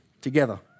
together